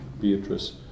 Beatrice